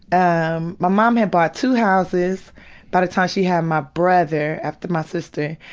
um, my mom had bought two houses by the time she had my brother after my sister,